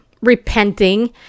repenting